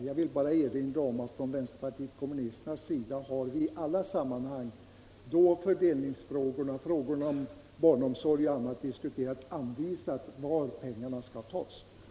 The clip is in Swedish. Jag vill bara erinra om att vänsterpartiet kommunisterna i alla sammanhang då fördelningsfrågor, barnomsorg och annat diskuterats anvisat var pengarna skall tas för att genomföra våra förslag.